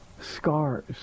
scars